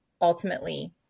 ultimately